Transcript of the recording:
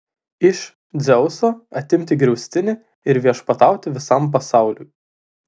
iš dzeuso atimti griaustinį ir viešpatauti visam pasauliui